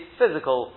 physical